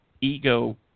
ego